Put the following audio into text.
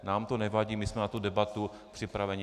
Nám to nevadí, my jsme na tu debatu připraveni.